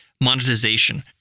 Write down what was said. monetization